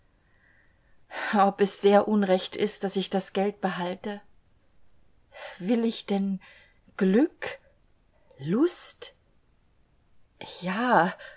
ob es sehr unrecht ist daß ich das geld behalte will ich denn glück lust ja